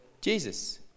Jesus